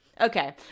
Okay